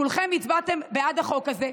כולכם הצבעתם בעד החוק הזה.